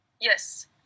Yes